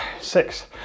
six